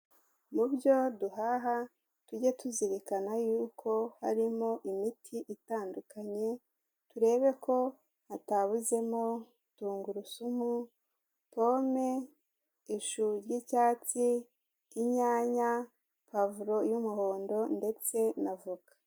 Mu byo duhaha, tujye tuzirikana yuko harimo imiti itandukanye, turebe ko hatabuzemo tungurusumu, pome, ishu ry'icyatsi, inyanya, pavuro y'umuhondo ndetse na voka.